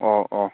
ꯑꯣ ꯑꯣ